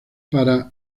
para